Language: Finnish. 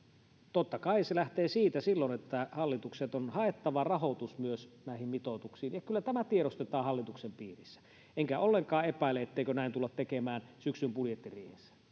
totta kai se lähtee silloin siitä että hallituksen on haettava rahoitus myös näihin mitoituksiin ja kyllä tämä tiedostetaan hallituksen piirissä enkä ollenkaan epäile etteikö näin tulla tekemään syksyn budjettiriihessä